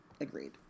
Agreed